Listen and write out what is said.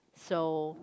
so